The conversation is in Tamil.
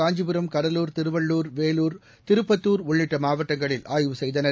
காஞ்சிபுரம் கடலூர் திருவள்ளூர் வேலூர் திருப்பத்தூர் உள்ளிட்ட மாவட்டங்களில் ஆய்வு செய்தனர்